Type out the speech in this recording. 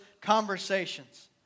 conversations